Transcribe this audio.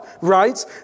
right